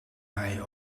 hij